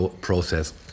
process